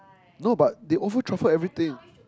no but they over truffle everything